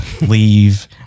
leave